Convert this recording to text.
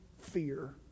fear